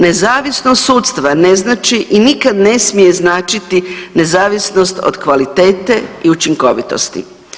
Nezavisnost sudstva ne znači i nikad ne smije značiti nezavisnost od kvalitete i učinkovitosti.